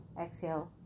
Exhale